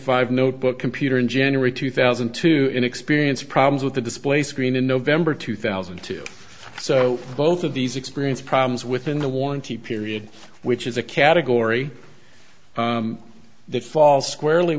five notebook computer in january two thousand and two in experience problems with the display screen in november two thousand and two so both of these experience problems within the warranty period which is a category that falls squarely